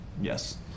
Yes